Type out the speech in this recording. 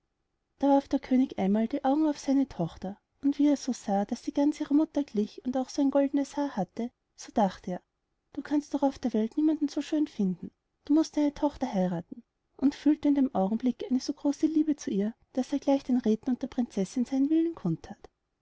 da warf der könig einmal die augen auf seine tochter und wie er so sah daß sie ganz ihrer mutter glich und auch ein so goldenes haar hatte so dachte er du kannst doch auf der welt niemand so schön finden du mußt deine tochter heirathen und fühlte in dem augenblick eine so große liebe zu ihr daß er gleich den räthen und der prinzessin seinen willen kund that